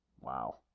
Wow